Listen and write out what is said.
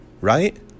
right